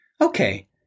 Okay